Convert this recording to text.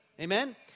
Amen